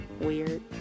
weird